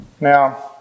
Now